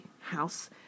house